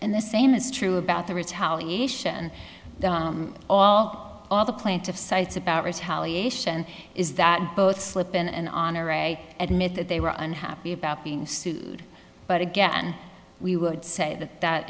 and the same is true about the retaliation all the plaintiffs cites about retaliation is that both slip in an honor a admit that they were unhappy about being sued but again we would say that that